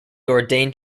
ordained